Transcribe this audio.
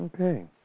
Okay